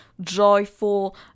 joyful